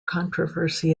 controversy